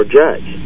judge